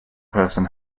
person